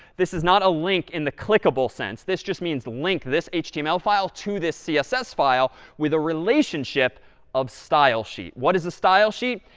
this is not a link in the clickable sense. this just means link this html file to this css file with a relationship of stylesheet. what is the stylesheet?